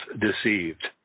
deceived